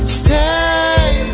stay